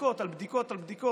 בדיקות על בדיקות על בדיקות,